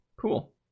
cool